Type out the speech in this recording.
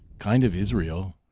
kind of israel,